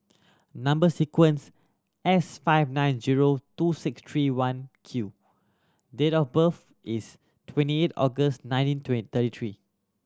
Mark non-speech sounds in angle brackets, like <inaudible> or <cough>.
number sequence S five nine zero two six three one Q date of birth is twenty eight August nineteen <unintelligible> thirty three